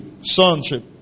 Sonship